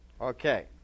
Okay